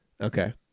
Okay